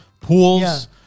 pools